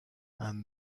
and